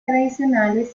tradicionales